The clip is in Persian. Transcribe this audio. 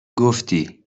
گفتی